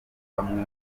bamwe